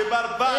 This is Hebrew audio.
שברברים,